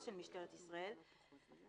את הבשורה לחקלאות ויש פה מהלך היסטורי.